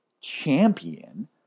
champion